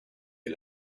est